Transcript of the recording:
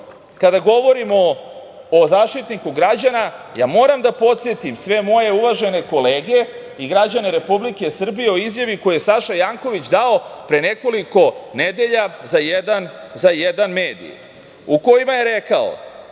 kada govorimo o Zaštitniku građana, moram da podsetim sve moje uvažene kolege i građane Republike Srbije o izjavi koju je Saša Janković dao pre nekoliko nedelja za jedan mediji u kojoj je rekao